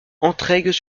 entraigues